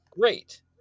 great